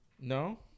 No